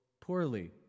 poorly